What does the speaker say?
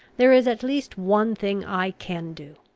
there is at least one thing i can do.